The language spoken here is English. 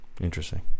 Interesting